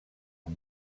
amb